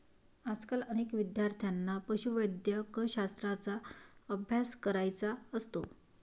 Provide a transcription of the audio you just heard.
आजकाल अनेक विद्यार्थ्यांना पशुवैद्यकशास्त्राचा अभ्यास करायचा असतो